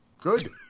Good